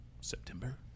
September